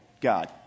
God